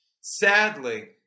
Sadly